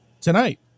tonight